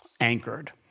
anchored